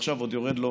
עכשיו יורד לו